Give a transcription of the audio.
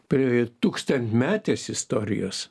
prie tūkstantmetės istorijos